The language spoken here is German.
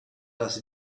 das